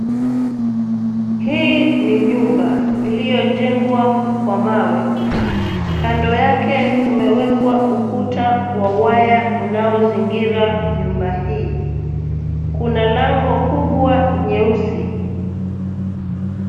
Hii ni nyumba iliyojengwa kwa mawe. Kando yake kumewekwa ukuta wa waya unaozingira nyumba hii. Kuna lango kubwa nyeusi.